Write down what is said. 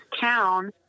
town